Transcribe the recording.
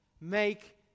Make